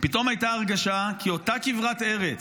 "פתאום הייתה הרגשה כי אותה כברת ארץ